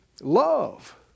love